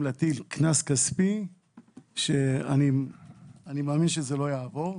להטיל קנס כספי שאני מאמין שזה לא יעבור,